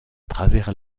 travers